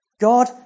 God